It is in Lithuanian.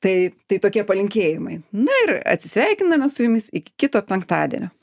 tai tai tokie palinkėjimai na ir atsisveikiname su jumis iki kito penktadienio